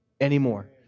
anymore